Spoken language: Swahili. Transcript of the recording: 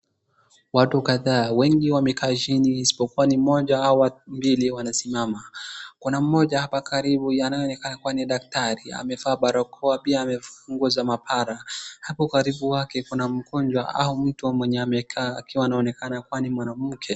Watu kadhaa, wengi wamekaa chini isipokuwa ni mmoja hawa mbili wanasimama. Kuna mmoja hapa karibu anayeonekana kuwa ni daktari anavaa barakoa pia nguo za maabara. Huku karibu wake kuna mgonjwa au mtuu mwenye amekaa akiwa anaonekana kuwa ni mwanamke.